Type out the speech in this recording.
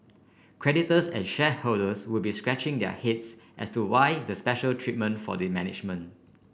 creditors and shareholders would be scratching their heads as to why the special treatment for the management